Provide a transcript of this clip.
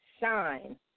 shine